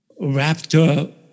raptor